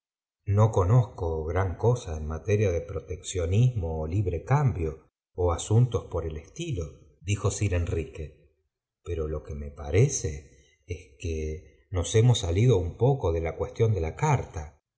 no conozco gran c osa en materia de protec ionismo ó librecambio ó asuntos por el estilo i jo sir enrique pero lo que me parece es que nos temos salido un poco de la cuestión de la carta